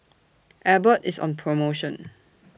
Abbott IS on promotion